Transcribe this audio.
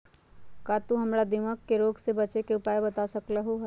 का तू हमरा दीमक के रोग से बचे के उपाय बता सकलु ह?